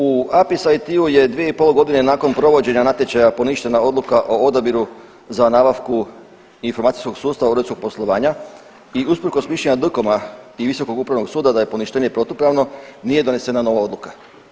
U APIS IT-ju je 2,5.g. nakon provođenja natječaja poništena odluka o odabiru za nabavku informacijskog sustava uredskog poslovanja i usprkos mišljenja DKOM-a i visokog upravnog suda da je poništenje protupravno nije donesena nova odluka.